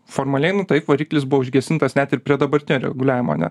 formaliai nu taip variklis buvo užgesintas net ir prie dabartinio reguliavimo ane